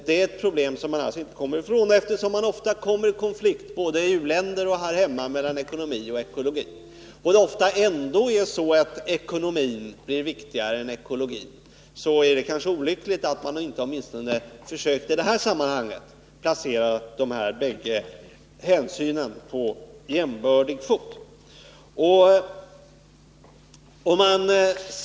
Detta är ett problem som man alltså inte kommer ifrån, eftersom det ofta blir konflikt, både i u-länderna och här hemma, mellan ekonomi och ekologi. Då ekonomin trots allt ofta blir viktigare än ekologin, är det kanske olyckligt att man åtminstone i detta sammanhang inte har försökt att behandla båda sakerna som om de vore lika viktiga.